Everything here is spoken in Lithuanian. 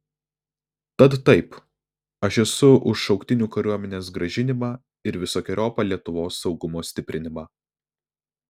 tad taip aš esu už šauktinių kariuomenės grąžinimą ir visokeriopą lietuvos saugumo stiprinimą